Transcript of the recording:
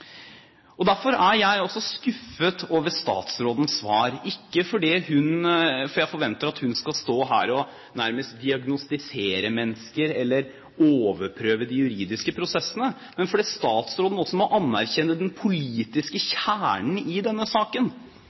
2005. Derfor er jeg skuffet over statsrådens svar, ikke fordi jeg forventer at hun skal stå her og nærmest diagnostisere mennesker eller overprøve de juridiske prosessene, men fordi statsråden også må anerkjenne den politiske kjernen i denne saken,